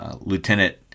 lieutenant